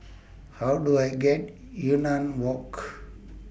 How Do I get Yunnan Walk